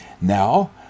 now